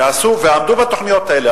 והם עשו ועמדו בתוכניות האלה,